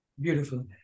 Beautiful